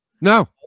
No